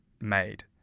made